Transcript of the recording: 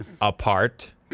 apart